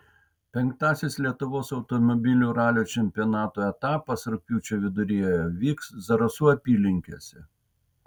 penktasis lietuvos automobilių ralio čempionato etapas rugpjūčio viduryje vyks zarasų apylinkėse